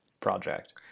project